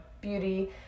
beauty